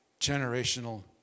Generational